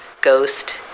ghost